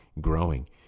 growing